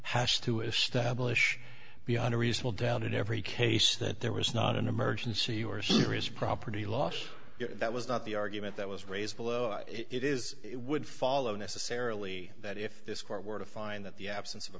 has to establish beyond a reasonable doubt in every case that there was not an emergency or serious property loss that was not the argument that was raised below it is it would follow necessarily that if this court were to find that the absence of a